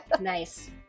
nice